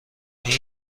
این